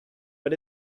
but